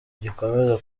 gikomeza